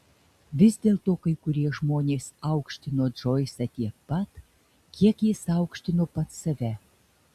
vis dėlto kai kurie žmonės aukštino džoisą tiek pat kiek jis aukštino pats save